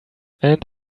and